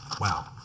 Wow